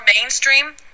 mainstream